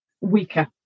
weaker